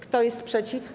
Kto jest przeciw?